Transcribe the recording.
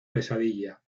pesadilla